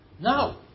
Now